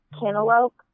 cantaloupe